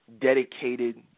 dedicated